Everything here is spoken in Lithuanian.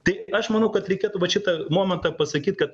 tai aš manau kad reikėtų vat šitą momentą pasakyt kad